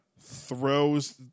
throws